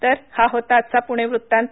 तर हा होता आजचा पुणे वृतांत